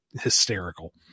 hysterical